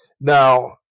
Now